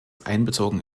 einbezogen